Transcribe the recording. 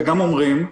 וגם אומרים,